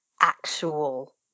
actual